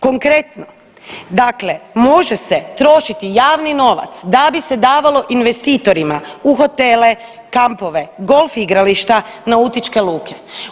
Konkretno, dakle može se trošiti javni novac da bi se davalo investitorima u hotele, kampove, golf igrališta, nautičke luke.